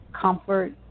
comfort